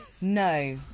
No